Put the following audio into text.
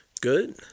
good